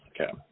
Okay